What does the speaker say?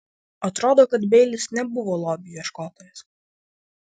atrodo kad beilis nebuvo lobių ieškotojas